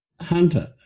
Hunter